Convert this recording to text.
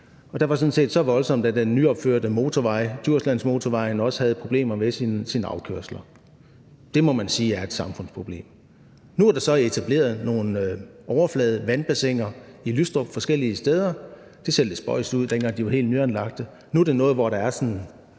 set så voldsomt, at den nyopførte motorvej, Djurslandmotorvejen, også havde problemer med afkørslerne. Det må man sige er et samfundsproblem. Nu er der så etableret nogle overfladevandbassiner forskellige steder i Lystrup. Det så lidt spøjst ud, dengang de var helt nyanlagte,